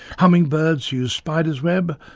hummingbirds use spiders' web,